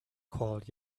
called